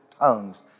tongues